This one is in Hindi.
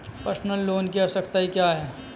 पर्सनल लोन की आवश्यकताएं क्या हैं?